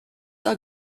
are